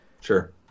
Sure